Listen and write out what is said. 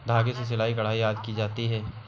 धागे से सिलाई, कढ़ाई आदि की जाती है